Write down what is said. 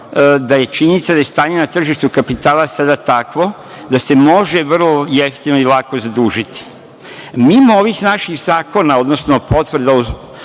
da je činjenica da je stanje na tržištu kapitala sada takvo da se može vrlo jeftino i lako zadužiti. Mimo ovih naših zakona, odnosno potvrda